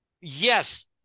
Yes